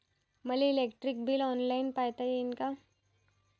मले electric bill online पायता येईन का?